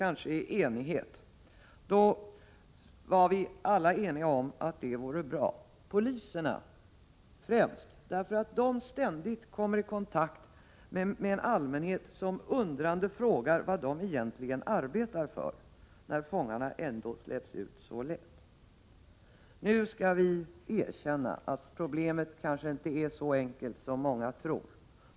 blir ett enigt beslut, var vi alla eniga om att det vore bra — poliserna främst därför att de ständigt kommer i kontakt med en allmänhet som undrande frågar vad poliserna egentligen arbetar för, när fångarna ändå släpps ut så lätt. Nu skall man erkänna att problemet kanske inte är så enkelt som många tror.